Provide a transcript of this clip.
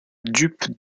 dupe